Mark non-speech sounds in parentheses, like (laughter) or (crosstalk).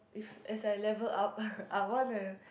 if as I level up (breath) I wanna